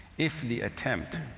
if the attempt,